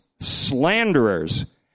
slanderers